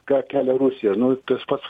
ką kelia rusija nu tas pats